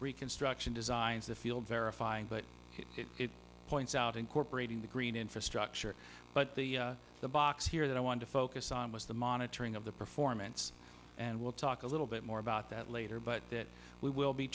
reconstruction designs the field verifying but it points out incorporating the green infrastructure but the the box here that i want to focus on was the monitoring of the performance and we'll talk a little bit more about that later but that we will be